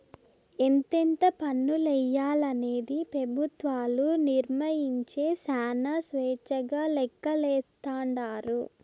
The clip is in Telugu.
ఎంతెంత పన్నులెయ్యాలనేది పెబుత్వాలు నిర్మయించే శానా స్వేచ్చగా లెక్కలేస్తాండారు